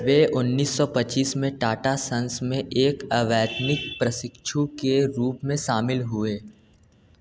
वे उन्नीस सौ पच्चीस में टाटा सन्स में एक अवैतनिक प्रशिक्षु के रूप में शामिल हुए